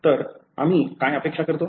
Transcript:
तर आम्ही काय अपेक्षा करतो